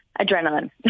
Adrenaline